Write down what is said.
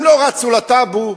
הם לא רצו לטאבו,